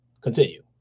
continue